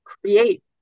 create